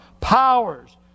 powers